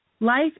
Life